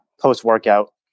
post-workout